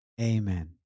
amen